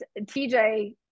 TJ